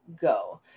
go